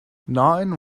nine